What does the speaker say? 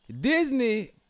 Disney